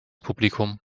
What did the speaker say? publikum